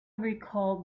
recalled